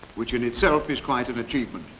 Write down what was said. which in itself is quite an achievement.